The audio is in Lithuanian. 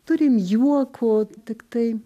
turim juoko tiktai